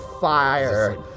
fire